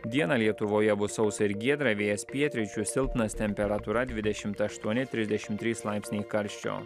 dieną lietuvoje bus sausa ir giedra vėjas pietryčių silpnas temperatūra dvidešimt aštuoni trisdešimt trys laipsniai karščio